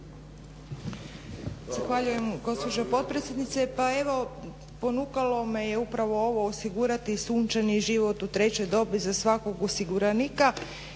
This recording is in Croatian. hvala vam